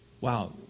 wow